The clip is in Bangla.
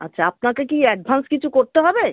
আচ্ছা আপনাকে কি অ্যাডভান্স কিছু করতে হবে